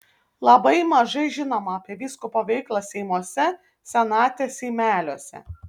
labai mažai žinoma apie vyskupo veiklą seimuose senate seimeliuose